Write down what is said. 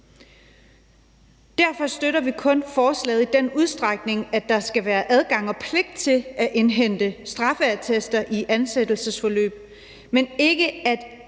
Derfor støtter vi kun forslaget i den udstrækning, at der skal være adgang til og pligt til at indhente straffeattester i ansættelsesforløb, men ikke at